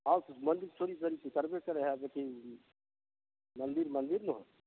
मन्दिर करबे करऽ हइ जेकि मन्दिर मन्दिर ने होल